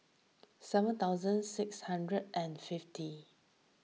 seven thousand six hundred and fifty